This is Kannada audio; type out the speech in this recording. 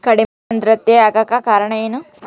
ಕಡಿಮೆ ಆಂದ್ರತೆ ಆಗಕ ಕಾರಣ ಏನು?